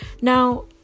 now